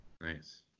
Nice